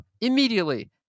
immediately